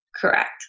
Correct